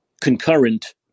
concurrent